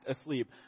asleep